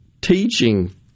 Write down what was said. teaching